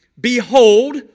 Behold